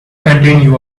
contain